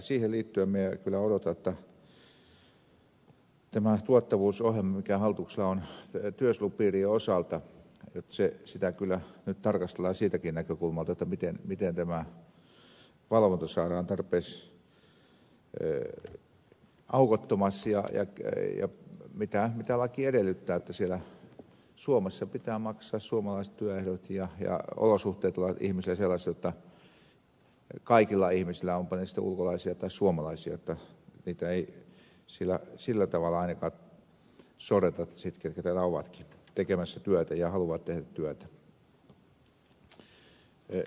siihen liittyen minä kyllä odotan jotta tätä tuottavuusohjelmaa mikä hallituksella on työsuojelupiirien osalta nyt tarkastellaan siitäkin näkökulmasta miten tämä valvonta saadaan tarpeeksi aukottomaksi mitä laki edellyttää jotta suomessa pitää soveltaa suomalaisia työehtoja ja olosuhteet ovat ihmisillä sellaiset jotta ihmisiä ovatpa ne sitten ulkolaisia tai suomalaisia ei sillä tavalla ainakaan sorreta ketkä täällä ovatkin tekemässä työtä ja haluavat tehdä työtä